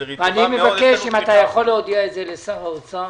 אני מבקש אם תוכל להודיע את זה לשר האוצר,